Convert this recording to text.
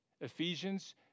Ephesians